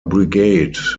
brigade